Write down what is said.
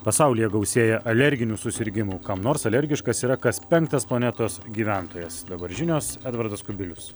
pasaulyje gausėja alerginių susirgimų kam nors alergiškas yra kas penktas planetos gyventojas dabar žinios edvardas kubilius